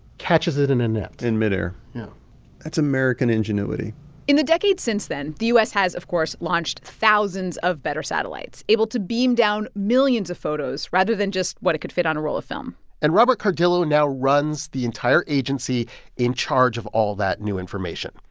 catches it in a net in midair yeah that's american ingenuity in the decades since then, the u s. has, of course, launched thousands of better satellites able to beam down millions of photos rather than just what it could fit on a roll of film and robert cardillo now runs the entire agency in charge of all that new information,